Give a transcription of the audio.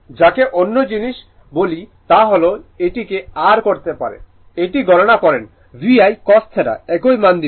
যাকে অন্য জিনিস বলি তা হল এটি কে r করতে পারে এটি গণনা করেন V I cos θ একই মান দিবে